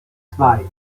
zwei